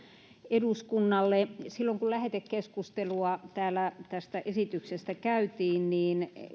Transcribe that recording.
eduskunnalle silloin kun lähetekeskustelua täällä tästä esityksestä käytiin